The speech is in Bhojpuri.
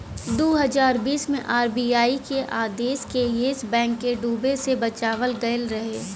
दू हज़ार बीस मे आर.बी.आई के आदेश से येस बैंक के डूबे से बचावल गएल रहे